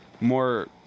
more